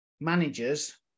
managers